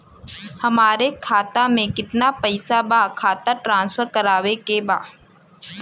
हमारे खाता में कितना पैसा बा खाता ट्रांसफर करावे के बा?